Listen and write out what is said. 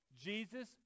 Jesus